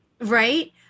Right